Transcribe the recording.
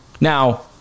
Now